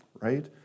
right